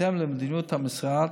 בהתאם למדיניות המשרד,